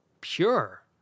pure